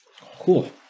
Cool